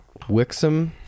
wixom